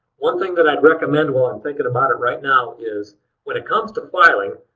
one thing that i'd recommend while i'm thinking about it right now is when it comes to filing,